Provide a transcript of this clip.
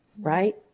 Right